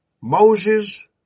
Moses